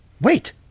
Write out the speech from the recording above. Wait